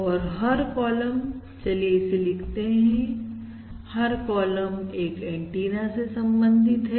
और हर कॉलम चलिए इसे लिखते हैं हर कॉलम एक एंटीना से संबंधित है